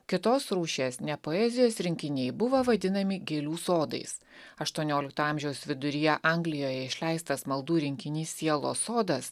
kitos rūšies ne poezijos rinkiniai buvo vadinami gėlių sodais aštuoniolikto amžiaus viduryje anglijoje išleistas maldų rinkinys sielos sodas